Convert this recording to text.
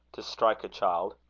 to strike a child!